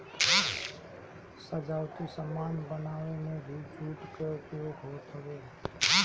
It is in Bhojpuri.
सजावटी सामान बनावे में भी जूट कअ उपयोग होत हवे